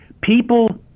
people